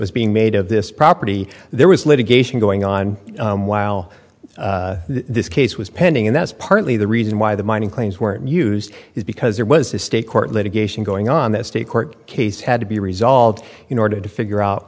was being made of this property there was litigation going on while this case was pending and that's partly the reason why the mining claims were used is because there was a state court litigation going on that state court case had to be resolved in order to figure out